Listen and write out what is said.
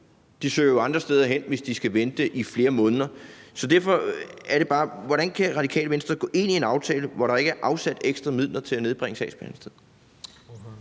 søger jo andre steder hen, hvis de skal vente i flere måneder. Så derfor er det bare, jeg vil spørge: Hvordan kan Radikale Venstre gå ind i en aftale, hvor der ikke er afsat ekstra midler til at nedbringe